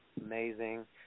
amazing